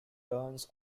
turns